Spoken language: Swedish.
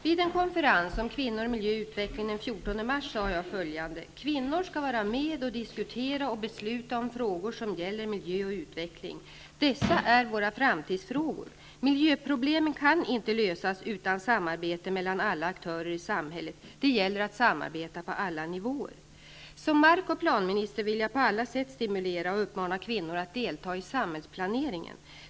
Vid en konferens om Kvinnor-Miljö-Utveckling den 14 mars sade jag följande: ''Kvinnor skall vara med och diskutera och besluta om frågor som gäller miljö och utveckling. Dessa är våra framtidsfrågor! Miljöproblemen kan inte lösas utan samarbete mellan alla aktörer i samhället. Det gäller att samarbeta på alla nivåer.'' Som mark och planminister vill jag på alla sätt stimulera och uppmana kvinnor att delta i samhällsplaneringen.